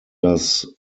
das